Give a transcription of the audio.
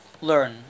learn